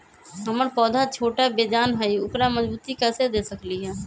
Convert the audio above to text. हमर पौधा छोटा बेजान हई उकरा मजबूती कैसे दे सकली ह?